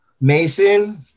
Mason